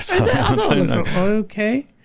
Okay